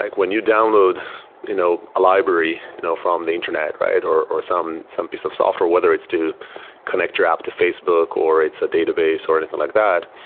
like when you download you know a library you know from the internet or or some some piece of software, whether it's to connect your app to facebook, or it's a database, or anything like that,